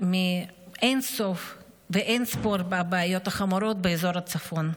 מאין-סוף ואין-ספור הבעיות החמורות באזור הצפון.